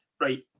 right